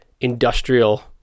industrial